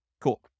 Cool